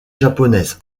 japonaise